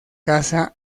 casa